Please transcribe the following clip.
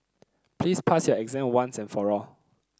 please pass your exam once and for all